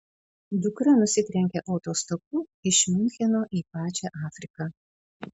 dukra nusitrenkė autostopu iš miuncheno į pačią afriką